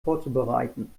vorzubereiten